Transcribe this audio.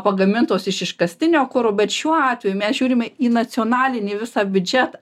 pagamintos iš iškastinio kuro bet šiuo atveju mes žiūrime į nacionalinį visą biudžetą